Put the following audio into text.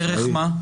דרך מה?